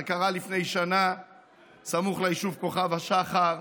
זה קרה לפני שנה סמוך ליישוב כוכב השחר: